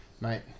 mate